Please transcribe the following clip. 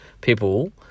people